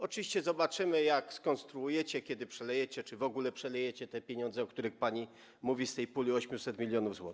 Oczywiście zobaczymy, jak to skonstruujecie, kiedy przelejecie, czy w ogóle przelejecie te pieniądze, o których pani mówi, z tej puli 800 mln zł.